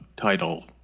title